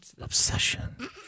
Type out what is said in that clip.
Obsession